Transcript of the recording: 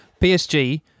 PSG